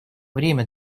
время